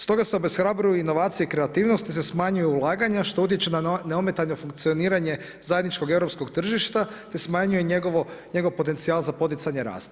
Stoga se obeshrabruju inovacije i kreativnost te se smanjuju ulaganja što utječe na neometano funkcioniranje zajedničkog europskog tržišta te smanjuje njegov potencijal za poticanje rasta.